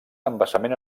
embassament